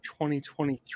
2023